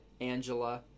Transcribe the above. Angela